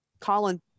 Colin